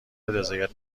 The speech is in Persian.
رضایت